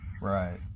right